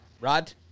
Rod